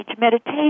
meditation